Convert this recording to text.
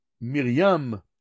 Miriam